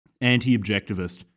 anti-objectivist